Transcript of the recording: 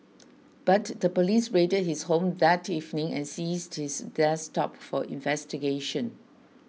but the police raided his home that evening and seized his desktop for investigation